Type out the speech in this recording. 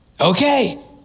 Okay